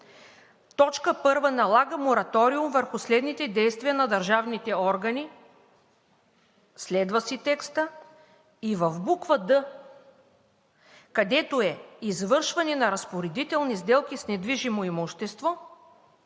Точка първа: „Налага мораториум върху следните действия на държавните органи“ следва текста и в буква „д“, където е „извършване на разпоредителни сделки с недвижимо имущество“,